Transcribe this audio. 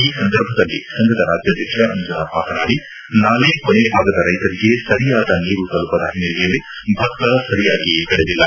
ಈ ಸಂದರ್ಭದಲ್ಲಿ ಸಂಘದ ರಾಜ್ಯಾಧಕ್ಷ ಮಂಜುನಾಥ್ ಮಾತನಾಡಿ ನಾಲೆ ಕೊನೆಭಾಗದ ರೈತರಿಗೆ ಸರಿಯಾದ ನೀರು ತಲುಪದ ಹಿನ್ನೆಲೆಯಲ್ಲಿ ಭತ್ತ ಸರಿಯಾಗಿ ಬೆಳೆದಿಲ್ಲ